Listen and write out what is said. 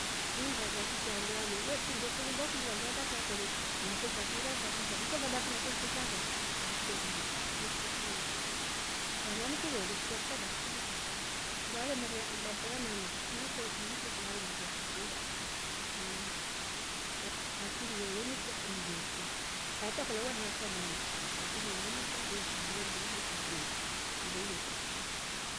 Ini ngafichya handu hami we finndo filinga ukundi vandu atratu vakolye nafe ngafiira ngaviisabu, ncho ngabai ncho chakwa ngachia limu nikutro truveenda samani kuveeli kusha shi dakikayi fo mnndu ale marilia daarsa la nane netre elimu kuliko alemaria fom foo dakika yi mm akili ye wonika ivefo hatra ukanekolya waneatra mwana akili ye wonika we songua mbele kuliko wengine ndo hiyo tu basi.